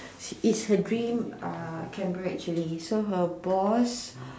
it's her dream uh camera actually so her boss